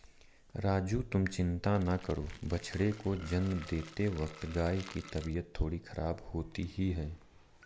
राजू तुम चिंता ना करो बछड़े को जन्म देते वक्त गाय की तबीयत थोड़ी खराब होती ही है